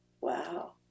Wow